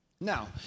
Now